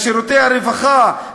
לשירותי הרווחה,